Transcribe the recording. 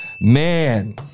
Man